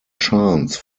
chance